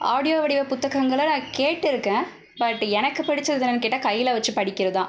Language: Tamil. ஆடியோ வீடியோ புத்தகங்களை நான் கேட்டுருக்கேன் பட் எனக்கு பிடிச்சது என்னெனானு கேட்டால் கையில் வச்சு படிக்கிறது தான்